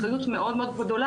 אחריות גדולה מאוד,